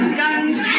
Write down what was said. guns